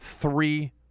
three